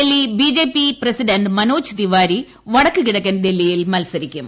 Delhi BJP president Manoj Tiwari വടക്കുകിഴക്കൻ ഡൽഹിയിൽ മൽസരിക്കും